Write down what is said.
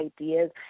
ideas